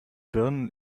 birnen